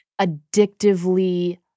addictively